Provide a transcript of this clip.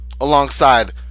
Alongside